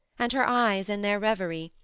and her eyes, in their reverie,